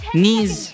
knees